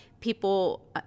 people